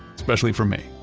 especially for me.